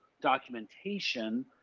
documentation